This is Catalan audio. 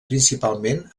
principalment